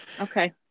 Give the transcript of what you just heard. Okay